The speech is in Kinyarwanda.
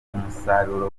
umusaruro